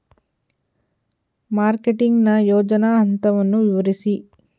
Marketing ನ ಯೋಜನಾ ಹಂತವನ್ನು ವಿವರಿಸಿ?